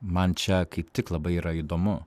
man čia kaip tik labai yra įdomu